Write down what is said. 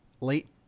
late